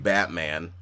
Batman